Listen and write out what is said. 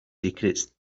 secrets